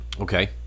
Okay